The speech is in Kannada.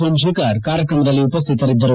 ಸೋಮಶೇಖರ್ ಕಾರ್ಯಕ್ರಮದಲ್ಲಿ ಉಪಸ್ಥಿತರಿದ್ದರು